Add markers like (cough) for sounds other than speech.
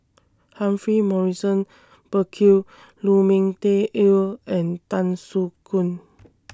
Humphrey Morrison Burkill Lu Ming Teh Earl and Tan Soo Khoon (noise)